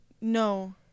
No